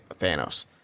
Thanos